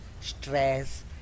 stress